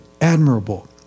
admirable